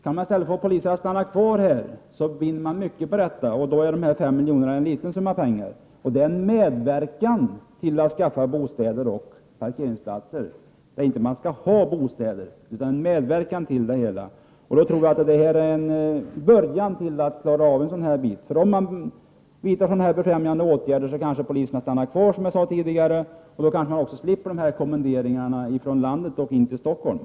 Kan man få poliser att stanna i Stockholm vinner man mycket. I det sammanhanget är 5 milj.kr. en liten summa pengar. Det rör sig om ett bidrag till att skaffa bostäder och parkeringsplatser, alltså, inte om något annat än ett bidrag. Jag tror att ett anslag skulle kunna vara en början för att klara av problemet. Vidtar man befrämjande åtgärder stannar kanske, som sagt, poliserna kvar och då slipper man kanske kommenderingarna om förflyttning från landsbygden till Stockholm.